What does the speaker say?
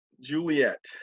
Juliet